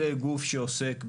זה גוף שעוסק בביטחון,